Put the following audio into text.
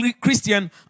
Christian